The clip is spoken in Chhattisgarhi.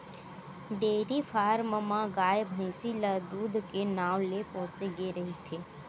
डेयरी फारम म गाय, भइसी ल दूद के नांव ले पोसे गे रहिथे